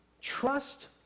Trust